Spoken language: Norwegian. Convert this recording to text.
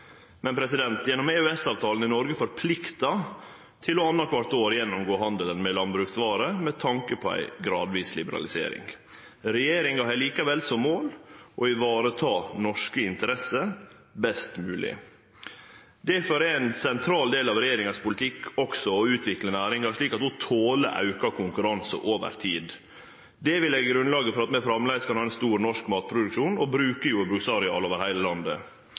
Gjennom EØS-avtalen er Noreg forplikta til kvart anna år å gjennomgå handelen med landbruksvarer med tanke på ei gradvis liberalisering. Regjeringa har likevel som mål å vareta norske interesser best mogeleg. Difor er det ein sentral del av regjeringas landbrukspolitikk å utvikle næringa slik at ho toler auka konkurranse over tid. Det vil gje grunnlaget for at vi framleis kan ha ein stor norsk matproduksjon og bruke jordbruksareal over heile landet.